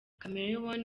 chameleone